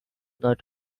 not